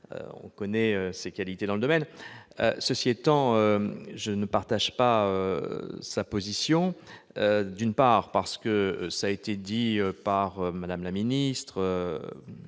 connaissons ses qualités dans ce domaine. Cela étant, je ne partage pas sa position. D'une part, cela a été dit par Mme la ministre,